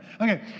Okay